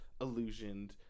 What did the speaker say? illusioned